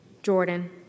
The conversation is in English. Jordan